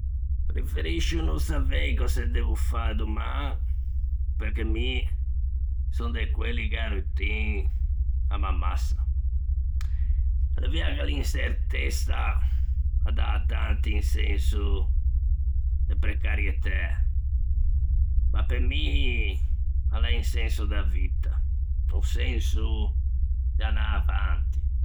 Preferiscio no savei cöse devo fâ doman, perché mi son de quelli che a routine a m'ammassa. L'é vea che l'inçertessa a dà à tanti un senso de precarietæ, ma pe mi a l'é un senso da vitta, o senso de anâ avanti.